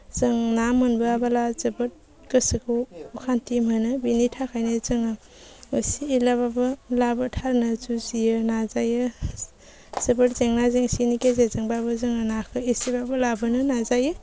जों ना मोनबोयाबोला जोबोद गोसोखौ अखान्थि मोनो बेनि थाखायनो जोङो एसे एलाबाबो लाबो थारनो जुजियो नाजायो जोबोद जेंना जेंसिनि गेजेरजोंबाबो जोङो नाखौ एसेबाबो लाबोनो नाजायो